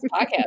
podcast